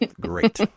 Great